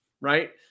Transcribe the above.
right